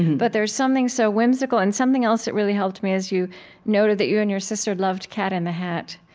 but there's something so whimsical, and something else that really helped me is you noted that you and your sister loved cat in the hat.